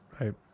Right